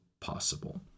possible